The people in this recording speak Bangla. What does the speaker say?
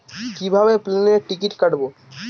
কিভাবে প্লেনের টিকিট কাটব?